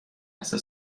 لحظه